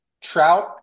Trout